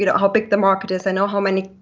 you know how big the market is. i know how many